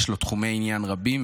יש לו תחומי עניין רבים,